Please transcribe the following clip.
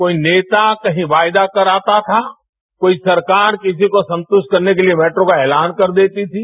कोई नेता कहीं वायदा कराता था कोई सरकार किसी को संतुष्ट करने के लिए मेट्रो का ऐलान कर देती थी